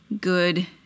good